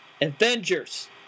Avengers